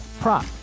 prop